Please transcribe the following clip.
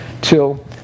till